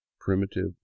primitive